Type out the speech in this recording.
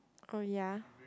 oh ya